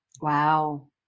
Wow